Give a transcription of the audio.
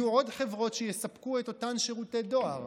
יהיו עוד חברות שיספקו את אותם שירותי דואר.